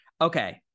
Okay